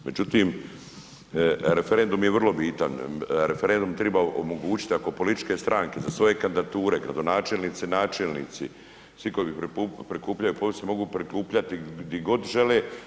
Međutim, referendum je vrlo bitan, referendum triba omogućiti ako političke stranke za svoje kandidature gradonačelnici, načelnici, svi koji prikupljaju potpise mogu prikupljati gdi god žele.